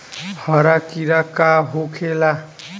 हरा कीड़ा का होखे ला?